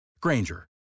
Granger